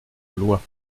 blois